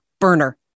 burner